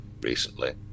recently